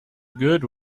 good